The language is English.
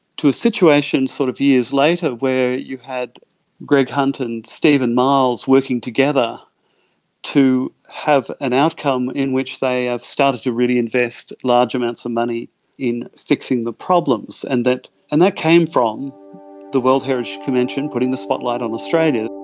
to a situation sort of years later where you had greg hunt and steven miles working together to have an outcome in which they have started to really invest large amounts of money in fixing the problems. and that and that came from the world heritage convention putting the spotlight on australia.